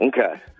Okay